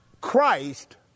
Christ